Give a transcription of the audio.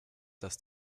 dass